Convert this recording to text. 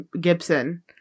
Gibson